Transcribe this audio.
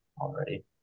already